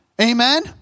Amen